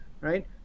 right